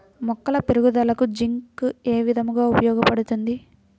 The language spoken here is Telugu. మొక్కల పెరుగుదలకు జింక్ ఏ విధముగా ఉపయోగపడుతుంది?